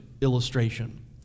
illustration